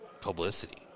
publicity